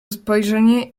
spojrzenie